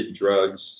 drugs